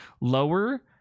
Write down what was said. Lower